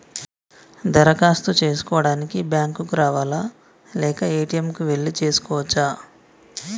దరఖాస్తు చేసుకోవడానికి బ్యాంక్ కు రావాలా లేక ఏ.టి.ఎమ్ కు వెళ్లి చేసుకోవచ్చా?